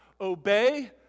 Obey